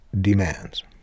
demands